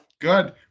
good